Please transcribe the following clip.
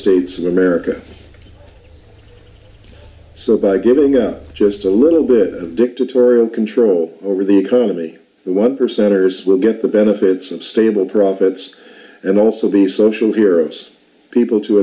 states of america so by giving a just a little bit of dictatorial control over the economy the one percenters will get the benefits of stable profits and also be social heroes people to